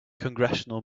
congressional